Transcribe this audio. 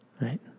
right